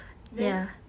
then